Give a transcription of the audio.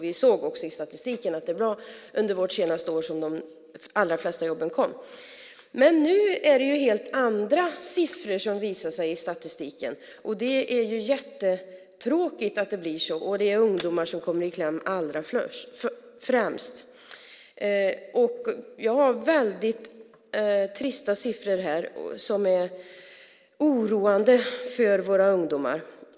Vi såg också i statistiken att det var under vårt sista regeringsår som de allra flesta jobben kom. Nu är det helt andra siffror som visar sig i statistiken. Det är jättetråkigt, och främst är det ungdomar som kommer i kläm. Jag har trista och oroande siffror för våra ungdomar.